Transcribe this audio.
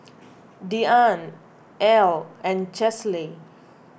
Deann Ell and Chesley